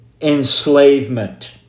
Enslavement